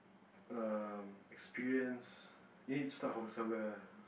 um experience we need start from somewhere